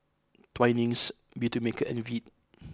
Twinings Beautymaker and Veet